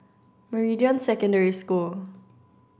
Meridian Secondary School